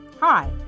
hi